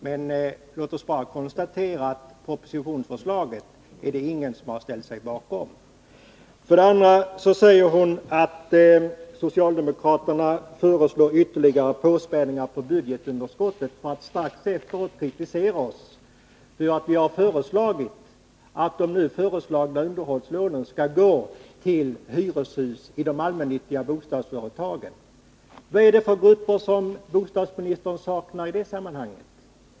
Men låt oss bara konstatera att ingen har ställt sig bakom propositionsförslaget. För det andra säger bostadsministern att socialdemokraterna föreslår ytterligare påspädningar på budgetunderskottet, för att strax efteråt kritisera oss för att vi har begärt att de nu föreslagna underhållslånen skall gå till hyreshus inom de allmännyttiga bostadsföretagen. Vad är det för grupper som bostadsministern saknar i det sammanhanget?